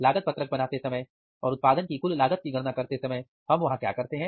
लागत पत्रक बनाते समय और उत्पादन की कुल लागत की गणना करते समय हम वहां क्या करते हैं